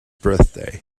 birthday